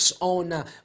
on